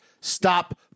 Stop